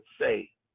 say